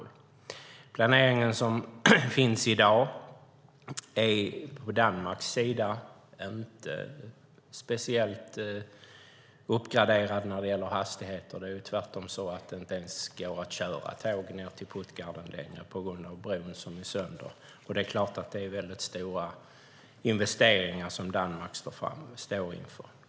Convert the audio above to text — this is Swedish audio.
Den planering som finns i dag från Danmarks sida är inte speciellt uppgraderad när det gäller hastigheter. Det är tvärtom så att det inte ens går att köra tåg ned till Puttgarden på grund av den bro som är sönder. Det är klart att det är stora investeringar som Danmark står inför.